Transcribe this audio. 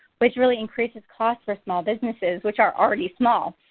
which really increases costs for small businesses, which are already small.